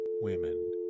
women